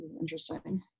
Interesting